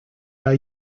are